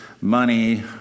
money